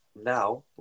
now